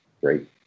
great